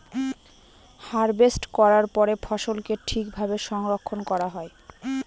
harvest করার পরে ফসলকে ঠিক ভাবে সংরক্ষন করা হয়